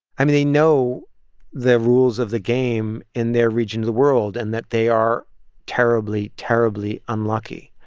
i mean, they know the rules of the game in their region of the world and that they are terribly, terribly unlucky.